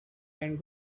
and